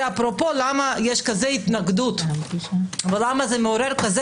זה אפרופו למה יש כזו התנגדות ולמה זה מעורר כזה